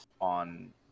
on